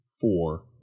four